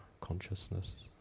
consciousness